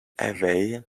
away